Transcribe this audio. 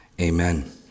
amen